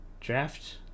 draft